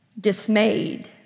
Dismayed